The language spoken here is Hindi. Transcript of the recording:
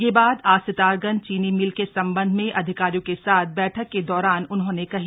यह बात आज सितारगंज चीनी मिल के संबंध में अधिकारियों के साथ बैठक के दौरान उन्होंने कही